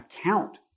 account